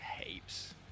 heaps